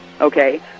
okay